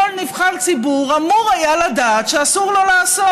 נבחר ציבור אמור היה לדעת שאסור לו לעשות.